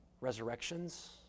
resurrections